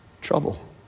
trouble